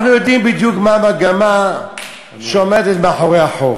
אנחנו יודעים בדיוק מה המגמה שעומדת מאחורי החוק,